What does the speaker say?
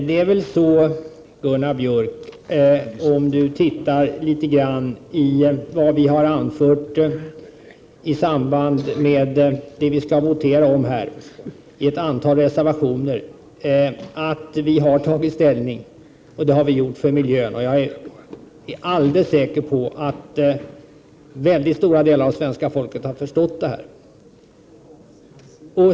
Herr talman! Om Gunnar Björk tittar litet närmare på vad vi har anfört i ett antal reservationer i anslutning till det som voteringen gäller, ser han nog att vi har tagit ställning. Vi har tagit ställning för miljön. Jag är alldeles säker på att väldigt stora delar av svenska folket har förstått det här.